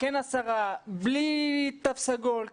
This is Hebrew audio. בלי תו סגול,